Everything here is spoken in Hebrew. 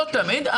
לא תמיד,